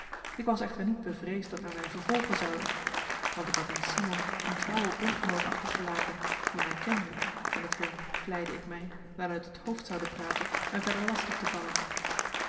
ik was echter niet bevreesd dat men mij vervolgen zoude want ik had in simon een trouwen bondgenoot achtergelaten die mij kende en het hun vleide ik mij wel uit het hoofd zoude praten mij verder lastig te vallen